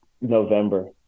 November